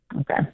Okay